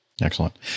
Excellent